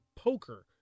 poker